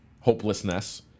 hopelessness